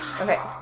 Okay